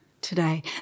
today